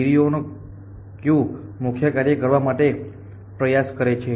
કીડીઓ કયુ મુખ્ય કાર્ય કરવા માટે પ્રયાસ કરે છે